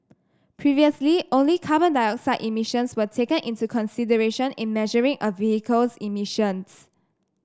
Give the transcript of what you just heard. previously only carbon dioxide emissions were taken into consideration in measuring a vehicle's emissions